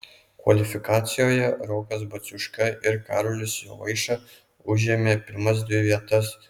kvalifikacijoje rokas baciuška ir karolis jovaiša užėmė pirmas dvi vietas